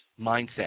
mindset